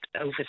over